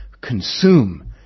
consume